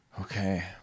Okay